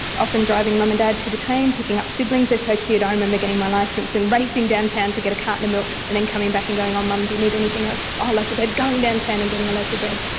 often driving mum and dad to the train, picking up siblings. they're so cute. i remember getting my licence and racing downtown to get a carton of milk and then coming back and going, um mum, do you need anything else? ah a loaf of bread? going downtown and getting a loaf of bread.